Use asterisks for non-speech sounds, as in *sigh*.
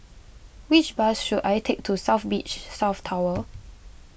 which bus should I take to South Beach *unintelligible* South Tower